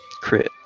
Crit